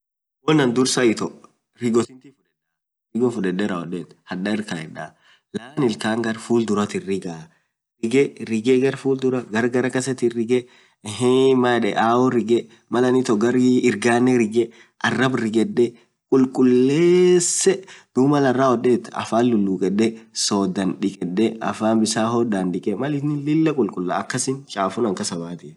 woan anin dursaa itoo rigoo fudee hadaa irr kaee ilkaan gar fuur duraa rigee garr garaakasaa rigee araab rigee, gar garaa kasaa kulii aoo rigee kulkulesee, afann bisaan hodaan dikee duub akasiin chafuun kasaa baat.